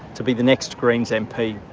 to be the next greens mp.